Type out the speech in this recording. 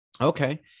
Okay